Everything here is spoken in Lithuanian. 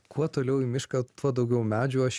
kuo toliau į mišką tuo daugiau medžių aš